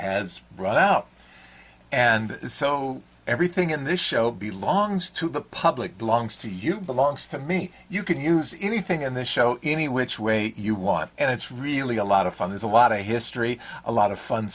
has run out and so everything in this show be longs to the public belongs to you belongs to me you can use anything on this show any which way you want and it's really a lot of fun there's a lot of history a lot of fun